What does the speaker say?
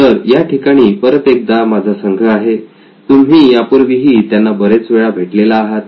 तर या ठिकाणी परत एकदा माझा संघ आहे तुम्ही यापूर्वीही त्यांना बरेच वेळा भेटलेला आहात